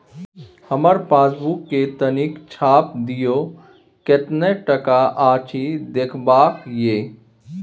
हमर पासबुक के तनिक छाय्प दियो, केतना टका अछि देखबाक ये?